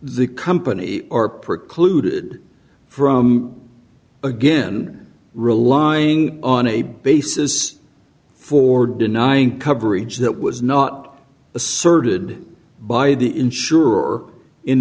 the company are precluded from again relying on a basis for denying coverage that was not asserted by the insure